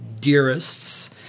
dearests